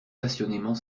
passionnément